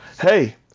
Hey